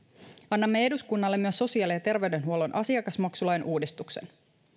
annamme eduskunnalle myös sosiaali ja terveydenhuollon asiakasmaksulain uudistuksen